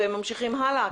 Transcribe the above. וממשיכים הלאה?